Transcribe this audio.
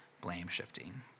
blame-shifting